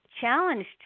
challenged